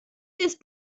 ist